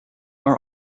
are